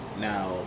Now